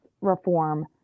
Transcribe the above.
reform